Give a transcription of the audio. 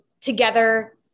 together